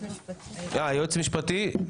היועצת המשפטית.